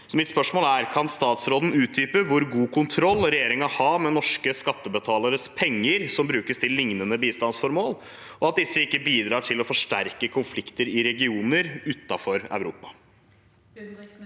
utenriksministeren utdype hvor god kontroll regjeringen har med norske skattebetaleres penger som brukes til liknende bistandsformål, og med at disse ikke bidrar til å forsterke konflikter i regioner utenfor Europa?»